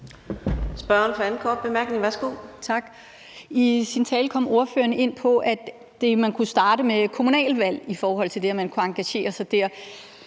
Spørgeren for den anden korte bemærkning. Værsgo. Kl. 14:30 Sascha Faxe (ALT): Tak. I sin tale kom ordføreren ind på, at man kunne starte med kommunalvalg i forhold til det, og at man kunne engagere sig der.